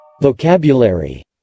Vocabulary